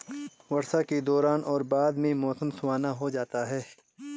वर्षा के दौरान और बाद में मौसम सुहावना हो जाता है